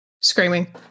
screaming